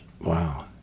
Wow